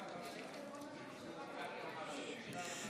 21,